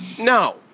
no